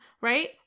right